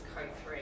Co3